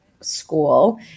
school